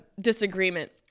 disagreement